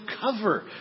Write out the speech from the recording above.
cover